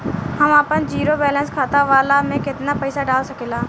हम आपन zero balance वाला खाता मे केतना पईसा डाल सकेला?